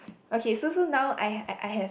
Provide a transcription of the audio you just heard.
okay so so now I I have